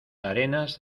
arenas